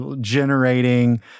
generating